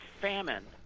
famine